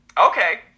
Okay